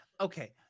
okay